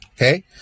Okay